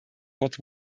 hot